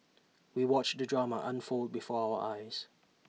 we watched the drama unfold before our eyes